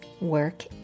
Work